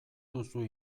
duzu